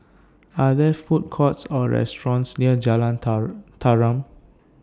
Are There Food Courts Or restaurants near Jalan Tarum